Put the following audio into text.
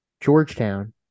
Georgetown